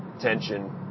Tension